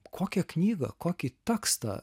kokią knygą kokį tekstą